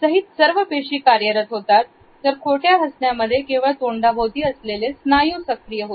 सहित सर्व पेशी कार्यरत होतात तर खोट्या हसण्यामध्ये केवळ तोंडाभोवती असलेले स्नायू सक्रिय होतात